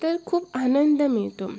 तर खूप आनंद मिळतो